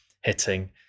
hitting